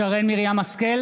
שרן מרים השכל,